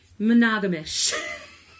monogamish